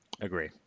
Agree